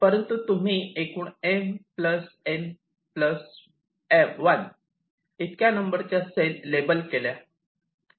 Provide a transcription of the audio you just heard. परंतु तुम्ही एकूण M N 1 इतक्या नंबरच्या सेल लेबल केल्या